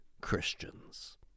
Christians